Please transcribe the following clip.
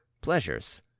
pleasures